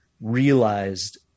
realized